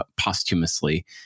posthumously